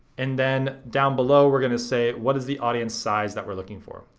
and then down below we're gonna say what is the audience size that we're looking for.